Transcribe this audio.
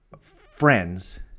friends